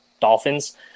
Dolphins